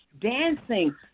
Dancing